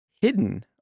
hidden